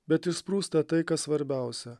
bet išsprūsta tai kas svarbiausia